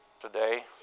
today